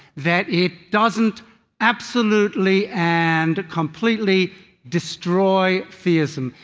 that it doesn't absolutely and completely destroy theism.